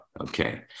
Okay